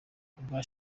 kubwa